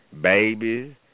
babies